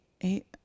eight